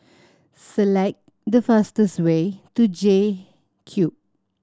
select the fastest way to J Cube